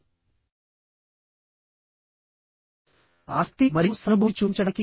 ఎవరైనా చాలా రెచ్చగొట్టే ప్రకటన చేస్తున్నప్పటికీ జిడిలో అస్సలు కోపం తెచ్చుకోకండి